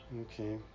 Okay